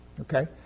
Okay